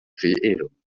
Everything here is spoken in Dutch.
creëren